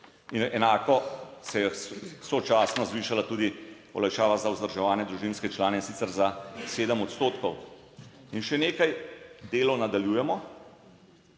in enako se je sočasno zvišala tudi olajšava za vzdrževane družinske člane, in sicer za 7 odstotkov. In še nekaj, delo nadaljujemo.